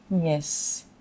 Yes